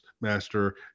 master